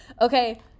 okay